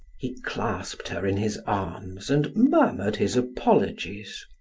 he clasped her in his arms and murmured his apologies.